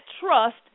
trust